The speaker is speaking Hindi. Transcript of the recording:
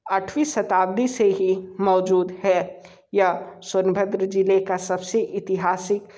आठवीं शताब्दी से ही मौजूद है यह सोनभद्र ज़िले का सब से ऐतिहासिक